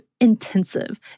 intensive